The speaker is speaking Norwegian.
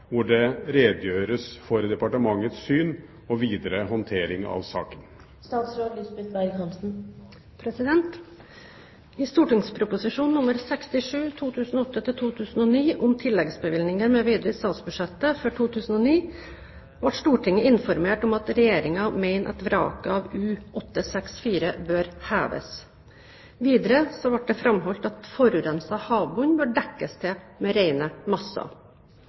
det redegjøres for departementets syn og videre håndtering av saken?» I St.prp. nr. 67 for 2008–2009 om tilleggsbevilgninger mv. i statsbudsjettet for 2009 ble Stortinget informert om at Regjeringen mener at vraket av U-864 bør heves. Videre ble det framholdt at forurenset havbunn bør dekkes til med